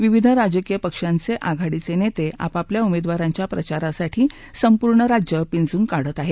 विविध राजकीय पक्षांचे आघाडीचे नेते आपापल्या उमेदवारांच्या प्रचारासाठी संपूर्ण राज्य पिंजून काढत आहेत